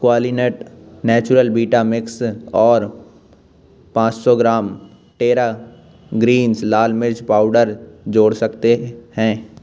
Qualinut natural vita mix और पाँच सौ ग्राम टेरा ग्रीन्स लाल मिर्च पाउडर जोड़ सकते हैं